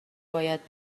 باید